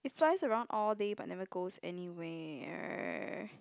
it flies around all day but never goes anywhere